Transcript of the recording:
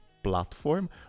platform